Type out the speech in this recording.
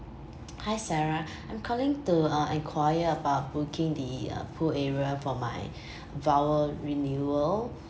hi Sarah I'm calling to uh enquire about booking the uh pool area for my vow renewal